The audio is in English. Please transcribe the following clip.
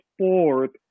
sport